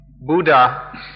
Buddha